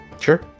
Sure